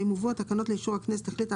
ואם הובאו התקנות לאישור הכנסת החליטה